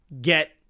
get